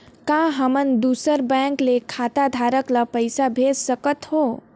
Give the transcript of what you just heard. का हमन दूसर बैंक के खाताधरक ल पइसा भेज सकथ हों?